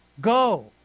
go